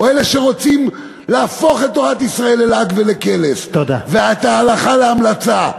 או אלה שרוצים להפוך את תורת ישראל ללעג ולקלס ואת ההלכה להמלצה.